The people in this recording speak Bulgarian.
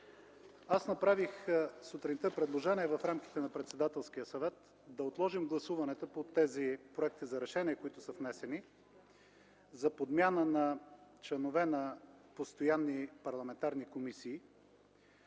аз направих предложение, в рамките на Председателския съвет, да отложим гласуванията по тези проекти за решения, които са внесени за подмяна на членове на постоянни парламентарни комисии,